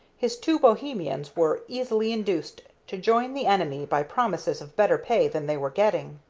his two bohemians were easily induced to join the enemy by promises of better pay than they were getting.